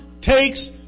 takes